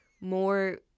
more